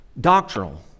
doctrinal